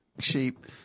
sheep